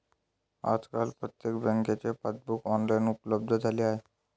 आजकाल प्रत्येक बँकेचे पासबुक ऑनलाइन उपलब्ध झाले आहे